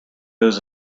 goes